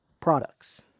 products